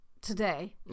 today